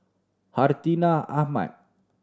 Hartinah Ahmad